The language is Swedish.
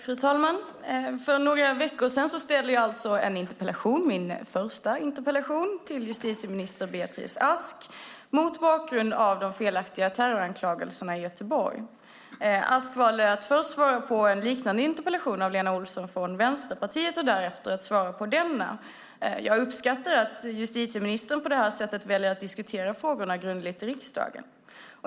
Fru talman! För några veckor sedan ställde jag en interpellation - min första interpellation - till justitieminister Beatrice Ask mot bakgrund av de felaktiga terroranklagelserna i Göteborg. Ask valde att först svara på en liknande interpellation från Lena Olsson från Vänsterpartiet och därefter att svara på denna. Jag uppskattar att justitieministern på detta sätt väljer att diskutera frågorna grundligt i riksdagen.